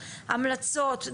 המלצות,